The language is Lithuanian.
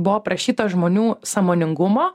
buvo prašyta žmonių sąmoningumo